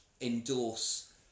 endorse